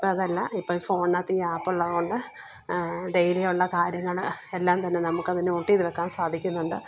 ഇപ്പോള് അതല്ല ഇപ്പോള് ഈ ഫോണിനകത്ത് ഈ ആപ്പുള്ളതു കൊണ്ട് ഡെയിലി ഉള്ള കാര്യങ്ങള് എല്ലാന്തന്നെ നമുക്കത് നോട്ട് ചെയ്ത് വെക്കാൻ സാധിക്കുന്നുണ്ട്